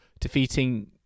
defeating